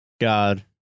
God